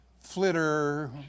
flitter